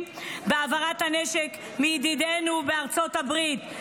בהעברת הנשק מידידינו בארצות הברית,